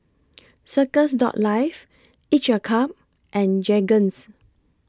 Circles Life Each A Cup and Jergens